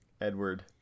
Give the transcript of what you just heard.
Edward